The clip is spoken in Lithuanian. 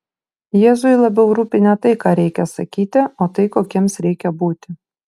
jėzui labiau rūpi ne tai ką reikia sakyti o tai kokiems reikia būti